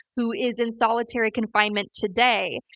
who is in solitary confinement today,